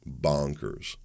bonkers